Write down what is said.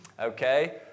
Okay